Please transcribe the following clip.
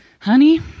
Honey